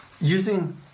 using